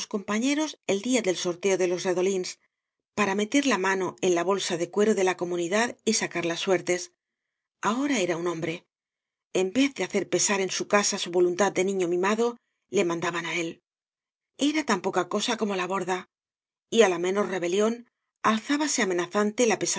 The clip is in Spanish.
fieros el día del sorteo de loa redolíns para meter la roano en la bolsa de cuero de la comunidad y sacar las guertes ahora era un hombre en vez de hacer pesar en casa su voluntad de niño mimado le mandaban á éi era tan poca cosa como la borda y á la menor rebelión alzábase amenazante la